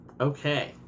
Okay